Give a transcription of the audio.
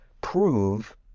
prove